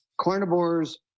carnivores